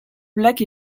black